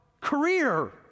career